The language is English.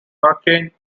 hurricane